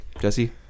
Jesse